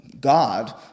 God